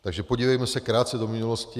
Takže podívejme se krátce do minulosti.